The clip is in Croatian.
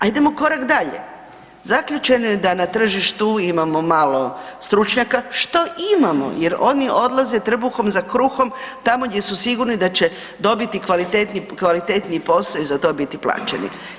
Ajdemo korak dalje, zaključeno je da na tržištu imamo malo stručnjaka, što imamo jer oni odlaze trbuhom za kruhom tamo gdje su sigurni da će dobiti kvalitetniji posao i za to biti plaćeni.